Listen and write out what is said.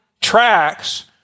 tracks